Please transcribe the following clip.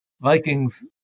Vikings